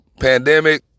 pandemic